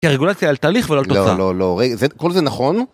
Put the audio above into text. ‫כי הרגולציה על תהליך ולא על תוצאה. ‫-לא, לא, לא. כל זה נכון